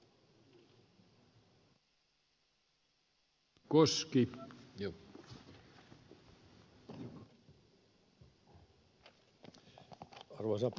arvoisa puhemies